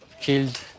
killed